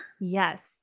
Yes